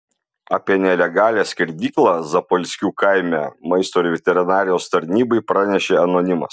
apie nelegalią skerdyklą zapalskių kaime maisto ir veterinarijos tarnybai pranešė anonimas